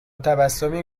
تبسمی